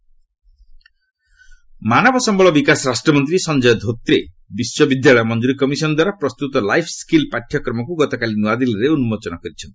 HRD ମାନବ ସମ୍ଭଳ ବିକାଶ ରାଷ୍ଟ୍ରମନ୍ତ୍ରୀ ସଂଜୟ ଧୋତ୍ରେ ବିଶ୍ୱବିଦ୍ୟାଳୟ ମଞ୍ଜୁରୀ କମିଶନ୍ ଦ୍ୱାରା ପ୍ରସ୍ତୁତ ଲାଇପ୍ ସିକ୍କିଲ୍ ପାଠ୍ୟକ୍ରମକୁ ଗତକାଲି ନୂଆଦିଲ୍ଲୀରେ ଉନ୍କୋଚନ କରିଛନ୍ତି